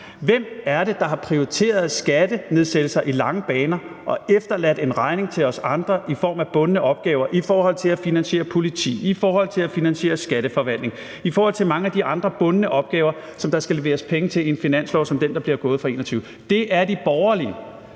Hvem er det, der har prioriteret skattenedsættelser i lange baner og har efterladt en regning til os andre i form af bundne opgaver i forhold til at finansiere politiet, i forhold til at finansiere skatteforvaltningen og i forhold til mange af de andre bundne opgaver, der skal leveres penge til i en finanslov, som den for 2021? Det er de borgerlige.